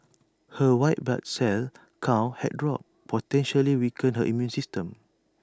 her white blood cell count had dropped potentially weakening her immune system